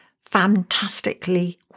fantastically